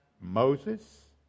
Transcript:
Moses